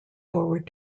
forward